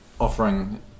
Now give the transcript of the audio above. offering